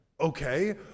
Okay